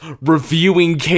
reviewing